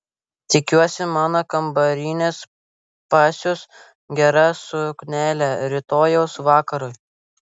tikiuosi mano kambarinės pasiūs gerą suknelę rytojaus vakarui